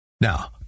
Now